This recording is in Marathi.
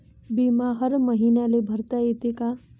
बिमा हर मईन्याले भरता येते का?